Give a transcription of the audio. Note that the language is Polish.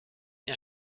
nie